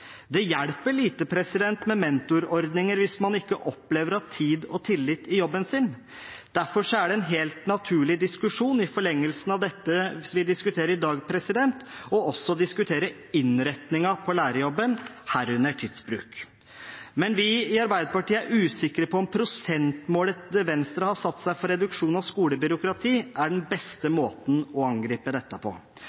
Det hjelper lite med mentorordninger hvis man ikke opplever å ha tid og tillit i jobben sin. Derfor er det en helt naturlig diskusjon i forlengelsen av det vi diskuterer i dag, også å diskutere innretningen på lærerjobben, herunder tidsbruk. Vi i Arbeiderpartiet er usikre på om prosentmålet Venstre har satt seg for reduksjon av skolebyråkrati, er den beste måten å angripe dette på.